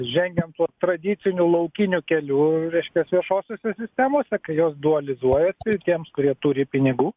žengiam tuo tradiciniu laukiniu keliu reiškias viešosiose sistemose kai jos dualizuojas ir tiems kurie turi pinigų